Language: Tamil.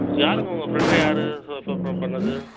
யாருங்க உங்கள் ஃப்ரெண்ட்டு யார் பண்ணது